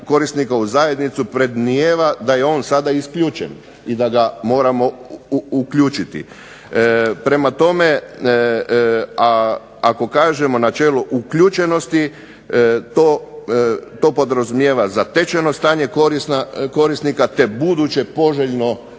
korisnika u zajednicu predmnijeva da je on sada isključen i da ga moramo uključiti, a ako kažemo načelo uključenosti to podrazumijeva zatečeno stanje korisnika te buduće poželjno stanje